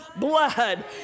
blood